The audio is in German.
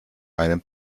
einen